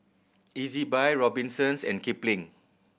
Ezbuy Robinsons and Kipling